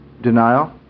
denial